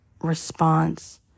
response